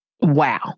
Wow